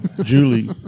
Julie